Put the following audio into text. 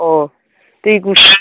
अ दै गुसु